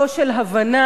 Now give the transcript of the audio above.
לא של הבנה,